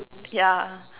yeah